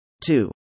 Two